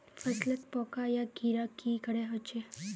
फसलोत पोका या कीड़ा की करे होचे?